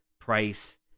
Price